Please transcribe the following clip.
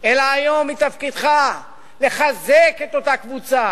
אלא היום מתפקידך לחזק את אותה קבוצה.